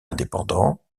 indépendants